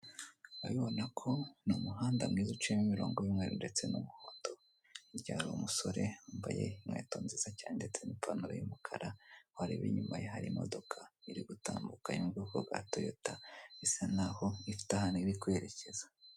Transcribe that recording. Urabibona ni umuhanda mwiza uciyemo imironko y'umweru ndetse n'muhondo. Hirya hari umusore wambaye inkweto nziza cyane ndetse n'ipantaro y'umukara wareba inyuma ye hari imodoka iri gutambuka iri mu bwoko bwa toyota isa naho ifite ahantu iri kwerekeza .